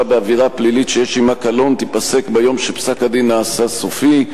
בעבירה פלילית שיש עמה קלון תיפסק ביום שפסק-הדין נעשה סופי,